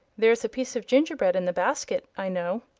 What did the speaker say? there's a piece of gingerbread in the basket, i know.